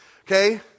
okay